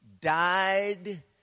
died